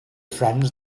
friends